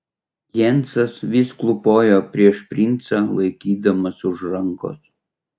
jensas vis klūpojo prieš princą laikydamas už rankos